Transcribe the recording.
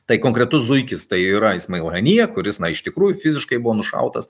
tai konkretus zuikis tai yra ismailo hanija kuris iš tikrųjų fiziškai buvo nušautas